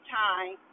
time